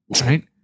right